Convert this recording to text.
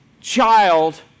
child